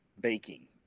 baking